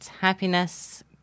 happiness